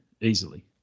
easily